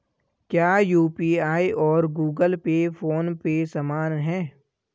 क्या यू.पी.आई और Google Pay PhonePe समान हैं?